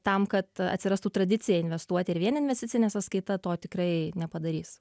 tam kad atsirastų tradicija investuot ir vien investicinė sąskaita to tikrai nepadarys